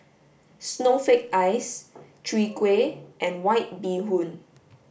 snowflake ice chwee kueh and white bee hoon